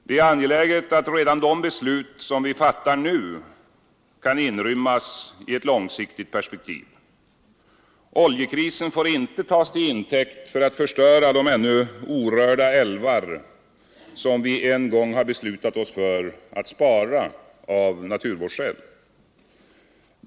Det är angeläget att redan de beslut som vi fattar nu kan inrymmas i ett långsiktigt perspektiv. Oljekrisen får inte tas till intäkt för att förstöra de ännu orörda älvar som vi en gång har beslutat oss för att spara av naturvårdsskäl.